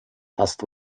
hasst